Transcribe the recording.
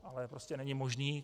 Ale prostě není možné...